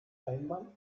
einmal